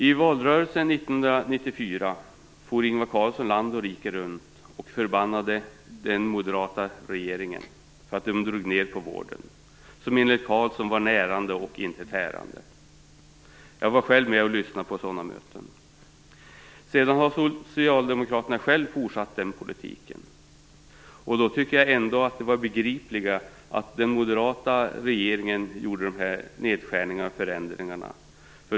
I valrörelsen 1994 for Ingvar Carlsson land och rike runt och förbannade den moderata regeringen för att den drog ned på vården, som enligt Carlsson var närande och inte tärande - jag var själv med och lyssnade på sådana möten. Sedan har Socialdemokraterna själva fortsatt den politiken. Jag tycker ändå att det var begripligare att den moderata regeringen genomförde de här förändringarna och nedskärningarna.